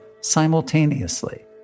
simultaneously